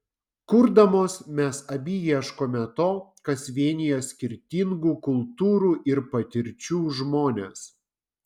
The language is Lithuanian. kurdamos mes abi ieškome to kas vienija skirtingų kultūrų ir patirčių žmones